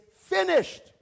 finished